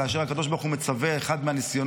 כאשר הקדוש ברוך הוא מצווה אחד מהניסיונות,